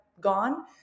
gone